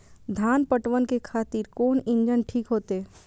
धान पटवन के खातिर कोन इंजन ठीक होते?